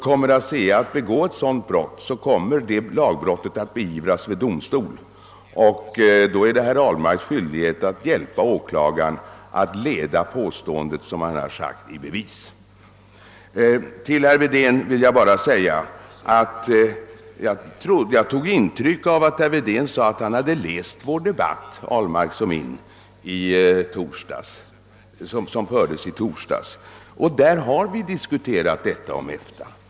Kommer ASEA att begå ett sådant lagbrott, kommer det att beivras vid domstol, och då är det herr Ahlmarks skyldighet att hjälpa åklagaren att leda påståendet i bevis. Till herr Wedén vill jag bara säga att jag tog intryck av hans yttrande att han hade läst den debatt, som herr Ahlmark och jag förde i torsdags. Då diskuterade vi också denna fråga om EFTA.